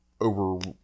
over